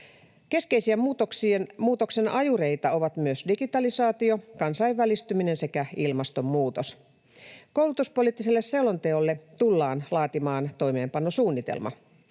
Keskeisiä muutoksen ajureita ovat myös digitalisaatio, kansainvälistyminen sekä ilmastonmuutos. Koulutuspoliittiselle selonteolle tullaan laatimaan toimeenpanosuunnitelma.